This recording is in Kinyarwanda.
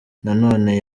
nanone